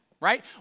right